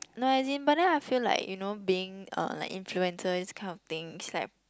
no as in but then I feel like you know being uh like influencer these kind of thing is like